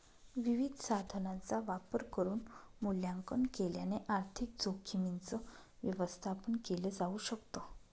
विविध साधनांचा वापर करून मूल्यांकन केल्याने आर्थिक जोखीमींच व्यवस्थापन केल जाऊ शकत